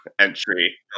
entry